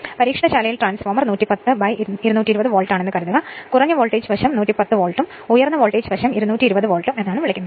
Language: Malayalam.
പരീക്ഷണശാലയിൽ ട്രാൻസ്ഫോർമർ 110 220 വോൾട്ട് ആണെന്ന് കരുതുക കുറഞ്ഞ വോൾട്ടേജ് വശം 110 വോൾട്ടും ഉയർന്ന വോൾട്ടേജ് വശമാണ് 220 വോൾട്ട് എന്ന് വിളിക്കുന്നത്